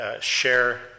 share